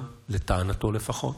לטענתו לפחות.